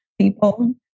People